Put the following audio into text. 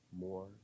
more